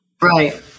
Right